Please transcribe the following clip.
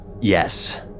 Yes